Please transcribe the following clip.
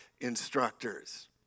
instructors